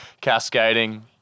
cascading